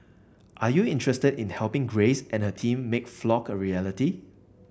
are you interested in helping Grace and her team make Flock a reality